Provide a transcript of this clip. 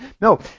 No